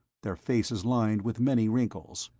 their faces lined with many wrinkles,